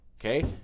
okay